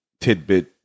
tidbit